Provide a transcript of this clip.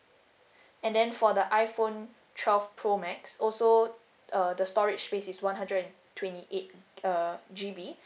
and then for the iPhone twelve pro max also uh the storage space is one hundred and twenty eight uh G_B